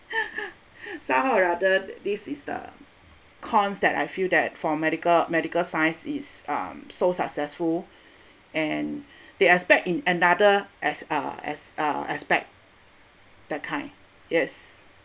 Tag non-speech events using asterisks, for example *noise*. *laughs* so how rather this is the cons that I feel that for medical medical science is um so successful and *breath* they expect in another as~ uh as~ uh aspect that kind yes